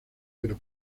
pero